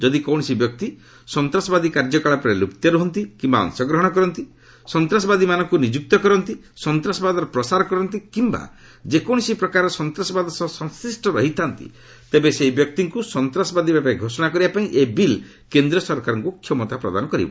ଯଦି କୌଣସି ବ୍ୟକ୍ତି ସନ୍ତାସବାଦୀ କାର୍ଯ୍ୟକଳାପରେ ଲିପ୍ତ ରୁହନ୍ତି କିମ୍ବା ଅଂଶ ଗ୍ରହଣ କରନ୍ତି ସନ୍ତାସଦାବୀମାନଙ୍କୁ ନିଯୁକ୍ତ କରନ୍ତି ସନ୍ତାସବାଦର ପ୍ରସାର କରନ୍ତି କିମ୍ବା ଯେକୌଣସି ପ୍ରକାରର ସନ୍ତାସବାଦ ସହ ସଂଶ୍ରିଷ୍ଟ ରହିଥା'ନ୍ତି ତେବେ ସେହି ବ୍ୟକ୍ତିଙ୍କୁ ସନ୍ତାସବାଦୀ ଭାବେ ଘୋଷଣା କରିବାପାଇଁ ଏହି ବିଲ୍ କେନ୍ଦ୍ର ସରକାରଙ୍କ କ୍ଷମତା ପ୍ରଦାନ କରିବ